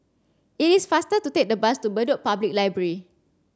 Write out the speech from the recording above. it is faster to take the bus to Bedok Public Library